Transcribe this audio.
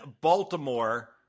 Baltimore